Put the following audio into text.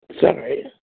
sorry